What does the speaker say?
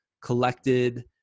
collected